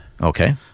Okay